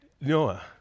Noah